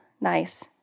nice